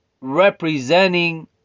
representing